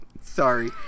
Sorry